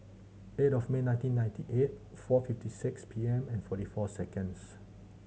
eight of May nineteen ninety eight four fifty six P M and forty four seconds